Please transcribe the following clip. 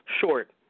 short